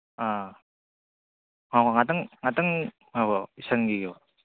ꯑ ꯑꯧ ꯉꯥꯇꯪ ꯉꯥꯇꯪ ꯉꯥꯏꯈꯣ ꯏꯁꯟꯒꯤꯒꯦꯀꯣ